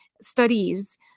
studies